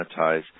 monetize